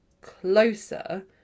closer